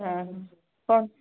ହଁ କ'ଣ